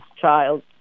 child